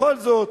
בכל זאת,